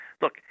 Look